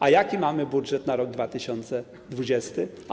A jaki mamy budżet na rok 2020?